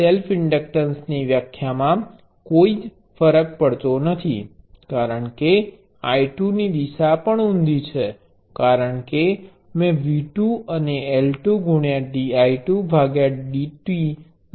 આનાથી self inductance ની વ્યાખ્યામાં કોઈ ફરક પડતો નથી કારણ કે I2 ની દિશા પણ ઉધી છે કારણ કે મેં V 2 ને L2 dI2dt લખ્યું છે